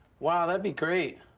wow, that'd be great.